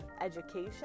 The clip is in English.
education